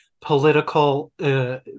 political